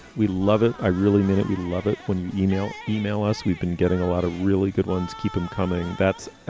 we love it. i really mean it. we love it when you know e-mail. e-mail us. we've been getting a lot of really good ones. keep them coming. that's